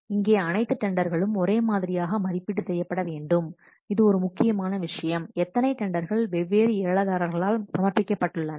இங்கே அனைத்து டெண்டர்களும் ஒரே மாதிரியாக மதிப்பீடு செய்யப்பட வேண்டும் இது ஒரு முக்கியமான விஷயம் எத்தனை டெண்டர்கள் வெவ்வேறு ஏலதாரர்களால் சமர்ப்பிக்கப்பட்டுள்ளன